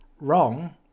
wrong